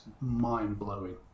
mind-blowing